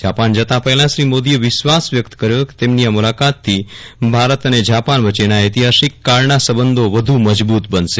ત્યારપછી જાપાન જતા પહેલાં શ્રી મોદીએ વિશ્વાસ વ્યક્ત કયો હતો કે તેમની આ મુલાકાતથી ભારત અને જાપાન વચ્ચેના ચૈતીહાસીક કાળના સંબંધો વધુ મજબુત બનશે